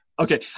Okay